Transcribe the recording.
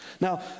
Now